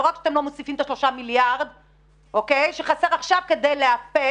לא רק שאתם לא מוסיפים את השלושה מיליארד שקלים שחסרים עכשיו כדי לאפס